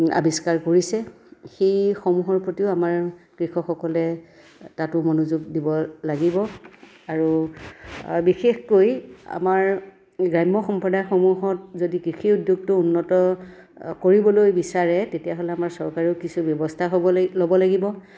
আৱিস্কাৰ কৰিছে সেইসমূহৰ প্ৰতিও আমাৰ কৃষকসকলে তাতো মনযোগ দিব লাগিব আৰু বিশেষকৈ আমাৰ গ্ৰাম্য সম্প্ৰদায়সমূহত যদি কৃষি উদ্যোগটো উন্নত কৰিবলৈ বিচাৰে তেতিয়াহ'লে আমাৰ চৰকাৰেও কিছু ব্যৱস্থা হ'ব লাগিব ল'ব লাগিব